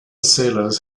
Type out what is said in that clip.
sailors